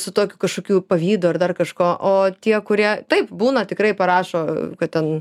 su tokiu kažkokiu pavydu ar dar kažko o tie kurie taip būna tikrai parašo kad ten